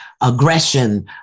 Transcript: aggression